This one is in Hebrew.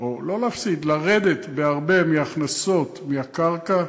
או לא להפסיד, לרדת בהרבה מהכנסות מהקרקע,